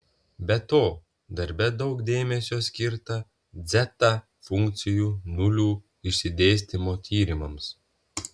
be to darbe daug dėmesio skirta dzeta funkcijų nulių išsidėstymo tyrimams